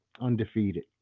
undefeated